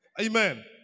Amen